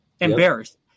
embarrassed